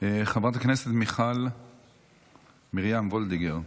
חברת הכנסת מיכל מרים וולדיגר,